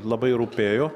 labai rūpėjo